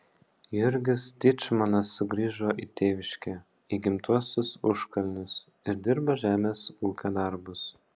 jurgis dyčmonas sugrįžo į tėviškę į gimtuosius užkalnius ir dirbo žemės ūkio darbus